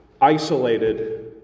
Isolated